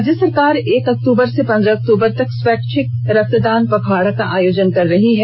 राज्य सरकार एक अक्टूबर से पंद्रह अक्टूबर तक स्वैच्छिक रक्तदान पखवाड़ा का आयोजन कर रही है